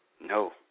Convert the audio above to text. No